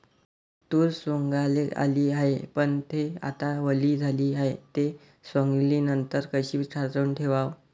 तूर सवंगाले आली हाये, पन थे आता वली झाली हाये, त सवंगनीनंतर कशी साठवून ठेवाव?